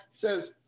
says